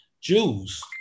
Jews